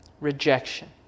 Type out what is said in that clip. rejection